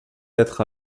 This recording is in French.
être